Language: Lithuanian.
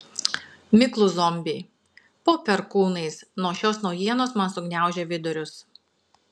miklūs zombiai po perkūnais nuo šios naujienos man sugniaužė vidurius